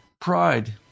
pride